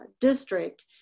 district